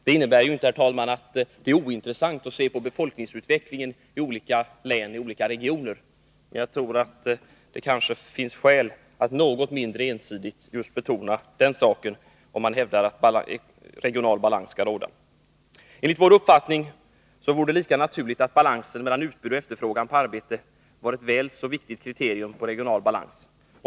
Det innebär inte, herr talman, att det är ointressant att se på befolkningsutvecklingen i olika län och regioner, men det finns kanske skäl att något mindre ensidigt betona just befolkningsramarna när man hävdar att regional balans skall råda. Enligt vår uppfattning vore det lika naturligt, om balansen mellan utbud och efterfrågan på arbete vore ett väl så viktigt kriterium på regional balans.